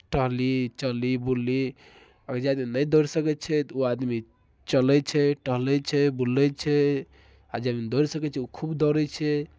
टहली चली बुली आओर जे आदमी नहि दौड़ि सकै छै तऽ ओ आदमी चलै छै टहलै छै बुलै छै आ जे आदमी दौड़ि सकै छै ओ खूब दौड़ै छै